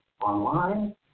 online